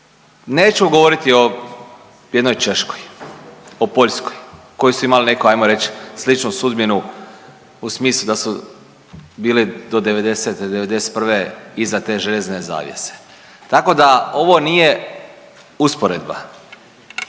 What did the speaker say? Neću govoriti o jednoj Češkoj, o Poljskoj koji su imali ajmo reći neku sličnu sudbinu u smislu da su bili do '90., '91. iza te željezne zavjese. Tako da ovo nije usporedba